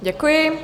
Děkuji.